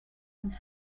and